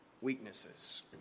weaknesses